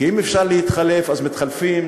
כי אם אפשר להתחלף אז מתחלפים.